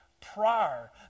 prior